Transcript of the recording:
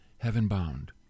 heaven-bound